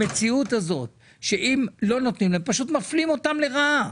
המציאות שבה לא נותנים להם, פשוט מפלים אותם לרעה.